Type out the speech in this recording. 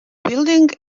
building